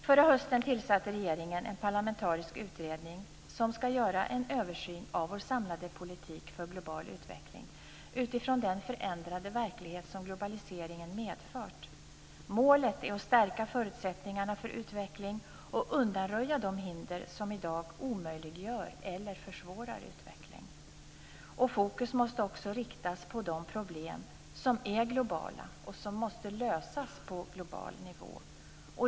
Förra hösten tillsatte regeringen en parlamentarisk utredning som ska göra en översyn av vår samlade politik för global utveckling utifrån den förändrade verklighet som globaliseringen medfört. Målet är att stärka förutsättningarna för utveckling och undanröja de hinder som i dag omöjliggör eller försvårar utveckling. Fokus måste också riktas på de problem som är globala och som måste lösas på global nivå.